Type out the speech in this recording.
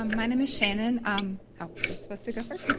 um my name is and and i'm supposed to go first?